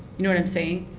you know what i'm saying,